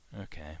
okay